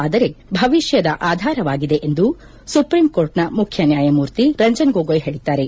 ಆದರೆ ಭವಿಷ್ಯದ ಆಧಾರವಾಗಿದೆ ಎಂದು ಸುಪ್ರೀಂಕೋರ್ಟ್ನ ಮುಖ್ಯ ನ್ಯಾಯಮೂರ್ತಿ ರಂಜನ್ ಗೊಗೋಯ್ ಹೇಳಿದ್ದಾರೆ